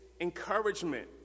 encouragement